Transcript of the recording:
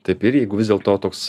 taip ir jeigu vis dėl to toks